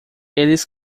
eles